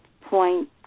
point